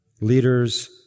leaders